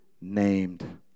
named